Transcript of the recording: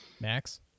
Max